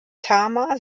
tama